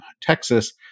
Texas